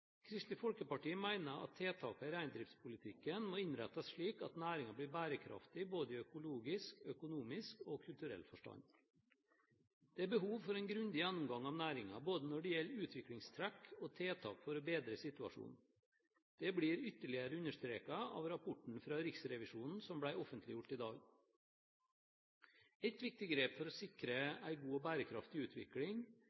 Kristelig Folkeparti mener at tiltakene i reindriftspolitikken må innrettes slik at næringen blir bærekraftig i både økologisk, økonomisk og kulturell forstand. Det er behov for en grundig gjennomgang av næringen, både når det gjelder utviklingstrekk og tiltak for å bedre situasjonen. Det blir ytterligere understreket av rapporten fra Riksrevisjonen som ble offentliggjort i dag. Ett viktig grep for å